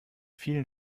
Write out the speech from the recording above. vielen